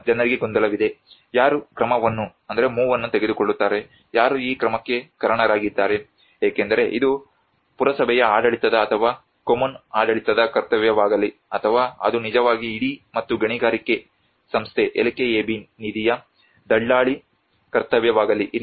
ಈಗ ಜನರಿಗೆ ಗೊಂದಲವಿದೆ ಯಾರು ಕ್ರಮವನ್ನು ತೆಗೆದುಕೊಳ್ಳುತ್ತಾರೆ ಯಾರು ಈ ಕ್ರಮಕ್ಕೆ ಕಾರಣರಾಗಿದ್ದಾರೆ ಏಕೆಂದರೆ ಇದು ಪುರಸಭೆಯ ಆಡಳಿತದ ಅಥವಾ ಕೊಮ್ಮುನ್ ಆಡಳಿತದ ಕರ್ತವ್ಯವಾಗಲಿ ಅಥವಾ ಅದು ನಿಜವಾಗಿ ಇಡೀ ಮತ್ತು ಗಣಿಗಾರಿಕೆ ಸಂಸ್ಥೆ LKAB ನಿಧಿಯ ದಳ್ಳಾಲಿ ಕರ್ತವ್ಯವಾಗಲಿ